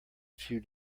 few